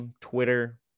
Twitter